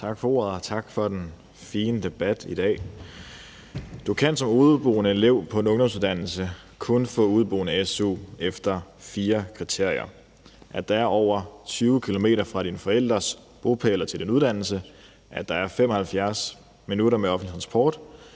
Tak for ordet, og tak for den fine debat i dag. Du kan som udeboende elev på en ungdomsuddannelse kun få udeboende su efter fire kriterier: At der er over 20 km fra dine forældres bopæl til din uddannelse; at der er 75 minutter med offentlig transport;